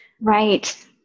Right